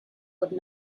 would